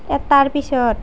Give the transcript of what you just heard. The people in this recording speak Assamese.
এটাৰ পিছৰ